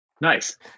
Nice